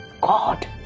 God